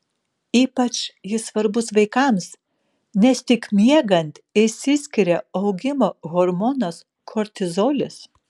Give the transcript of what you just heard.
ypač jis svarbus vaikams nes tik miegant išsiskiria augimo hormonas kortizolis